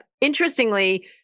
interestingly